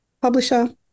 publisher